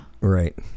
Right